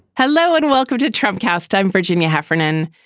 hello and welcome to trump cast. i'm virginia heffernan.